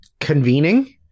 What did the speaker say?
convening